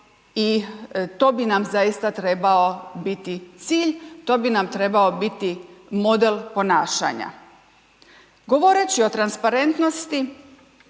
i to bi nam zaista treba biti cilj, to bi nam trebao biti model ponašanja. Govoreći o transprarentnosti